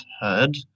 heard